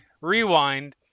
Rewind